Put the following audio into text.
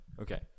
okay